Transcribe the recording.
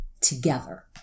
together